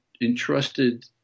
entrusted